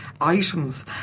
items